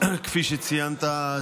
כפי שציינת,